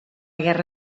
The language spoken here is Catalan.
guerra